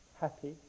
happy